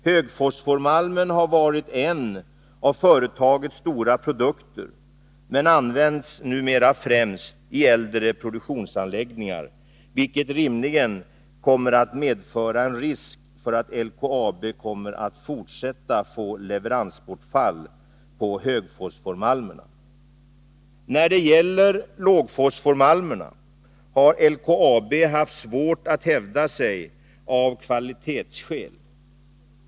Högfosformalmen har varit en av företagets stora produkter men används numera främst i äldre produktionsanläggningar, vilket rimligen kommer att medföra en risk för att LKAB kommer att fortsätta få leveransbortfall på högfosformalmen. När det gäller lågfosformalm har LKAB haft svårt att hävda sig av kvalitetsskäl.